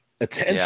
attention